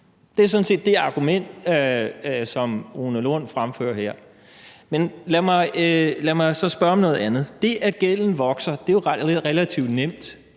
Det er sådan set det argument, som hr. Rune Lund fremfører her. Men lad mig så spørge om noget andet. Det, at gælden vokser, er jo relativt nemt